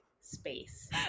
space